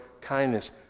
kindness